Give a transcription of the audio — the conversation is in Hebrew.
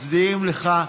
מצדיעים לך.